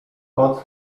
koc